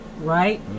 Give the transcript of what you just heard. right